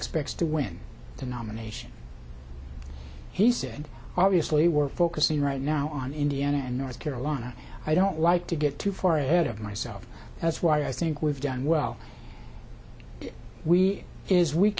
expects to win the nomination he said obviously we're focusing right now on indiana and north carolina i don't like to get too far ahead of myself that's why i think we've done well we is we